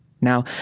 Now